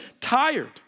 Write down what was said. tired